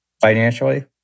Financially